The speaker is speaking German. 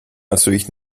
natürlich